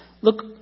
Look